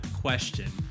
question